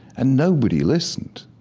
and nobody listened.